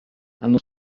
hanno